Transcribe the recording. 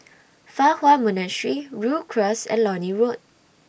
Fa Hua Monastery Rhu Cross and Lornie Road